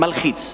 מלחיץ.